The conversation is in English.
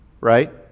right